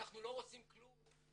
אנחנו לא רוצים כלום,